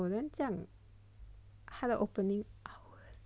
well then 这样他的 opening hours